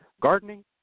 gardening